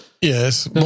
Yes